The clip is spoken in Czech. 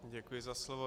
Děkuji za slovo.